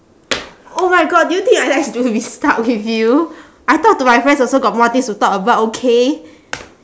oh my god do you think I like to be stuck with you I talk to my friends also got more things to talk about okay